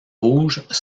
rouges